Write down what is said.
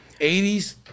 80s